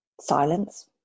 silence